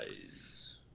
eyes